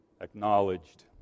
acknowledged